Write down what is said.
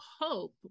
hope